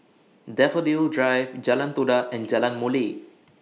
Daffodil Drive Jalan Todak and Jalan Molek